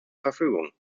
verfügung